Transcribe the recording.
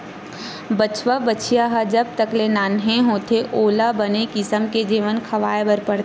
बछवा, बछिया ह जब तक ले नान्हे होथे ओला बने किसम के जेवन खवाए बर परथे